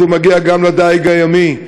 הוא מגיע גם לדיג הימי,